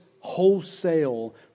wholesale